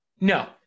No